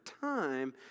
time